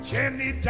Jenny